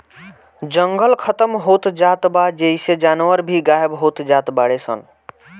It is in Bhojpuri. जंगल खतम होत जात बा जेइसे जानवर भी गायब होत जात बाडे सन